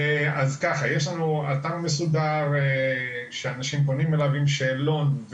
יש לנו אתר מסודר שאנשים פונים אליו עם שאלות.